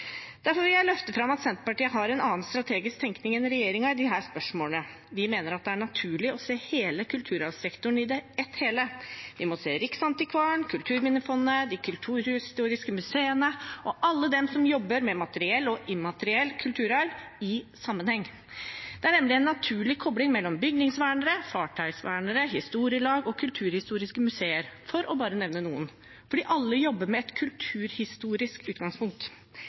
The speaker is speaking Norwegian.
Derfor vil jeg løfte fram at Senterpartiet har en annen strategisk tenkning enn regjeringen i disse spørsmålene. Vi mener at det er naturlig å se hele kulturarvsektoren i ett hele – vi må se Riksantikvaren, Kulturminnefondet, de kulturhistoriske museene og alle dem som jobber med materiell og immateriell kulturarv, i sammenheng. Det er nemlig en naturlig kobling mellom bygningsvernere, fartøysvernere, historielag og kulturhistoriske museer – for bare å nevne noen – fordi alle jobber med et kulturhistorisk utgangspunkt.